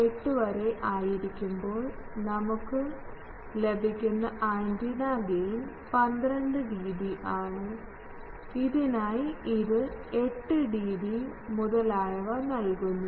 8 വരെ ആയിരിക്കുമ്പോൾ നമുക്ക് ലഭിക്കുന്ന ആന്റിന ഗെയിൻ 12 dB ആണ് ഇതിനായി ഇത് 8 dB മുതലായവ നൽകുന്നു